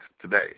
today